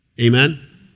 Amen